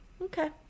okay